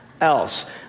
else